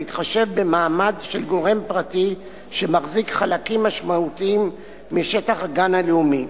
להתחשב במעמד של גורם פרטי שמחזיק חלקים משמעותיים משטח הגן הלאומי.